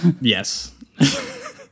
Yes